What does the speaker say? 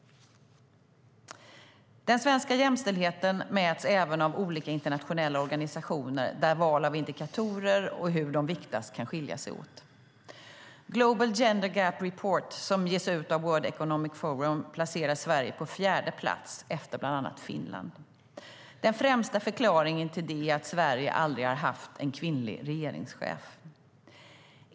Den svenska jämställdheten mäts även av olika internationella organisationer där val av indikatorer och hur de viktas kan skilja sig åt. Global Gender Gap Report, som ges ut av World Economic Forum, placerar Sverige på fjärde plats efter bland annat Finland. Den främsta förklaringen till det är att Sverige aldrig har haft en kvinnlig regeringschef.